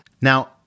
Now